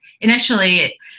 initially